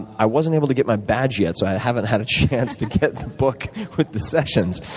i wasn't able to get my badge yet, so i haven't had a chance to get the book with the sessions.